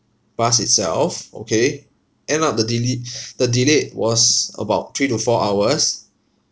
bus itself okay end up the dele~ the delay was about three to four hours